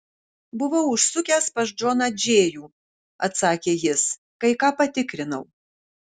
buvau užsukęs pas džoną džėjų atsakė jis kai ką patikrinau